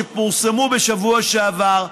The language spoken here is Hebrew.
שפורסמו בשבוע שעבר,